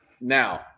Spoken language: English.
Now